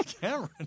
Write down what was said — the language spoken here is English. Cameron